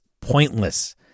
pointless